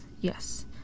Yes